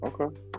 Okay